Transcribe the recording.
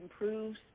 improves